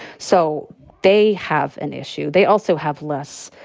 so they have an issue. they also have less,